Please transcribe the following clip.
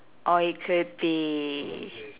or it could be